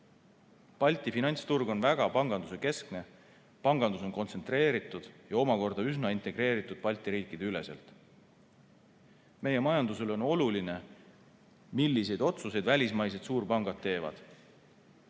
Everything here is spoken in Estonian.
Balti finantsturg on väga pangandusekeskne. Pangandus on kontsentreeritud ja omakorda üsna integreeritud Balti riikide üleselt. Meie majandusele on oluline, milliseid otsuseid välismaised suurpangad teevad.